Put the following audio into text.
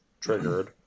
Triggered